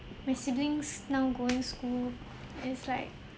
my siblings now going school is like